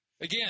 Again